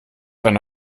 eine